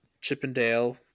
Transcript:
Chippendale